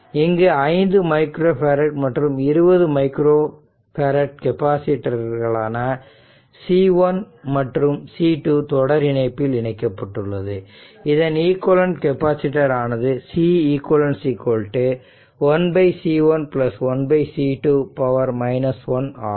இங்கே 5 micro farad மற்றும் 20 micro கெப்பாசிட்டர்களான C1 மற்றும் C2 தொடர் இணைப்பில் இணைக்கப்பட்டுள்ளது இதன் ஈக்விவலெண்ட் கெப்பாசிட்டர் ஆனது Ce q 1C1 1C2 1 ஆகும்